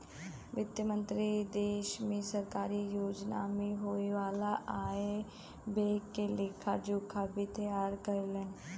वित्त मंत्री देश में सरकारी योजना में होये वाला आय व्यय के लेखा जोखा भी तैयार करेलन